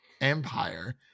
empire